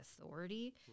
authority